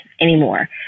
anymore